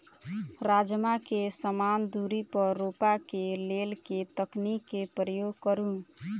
राजमा केँ समान दूरी पर रोपा केँ लेल केँ तकनीक केँ प्रयोग करू?